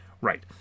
Right